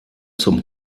zum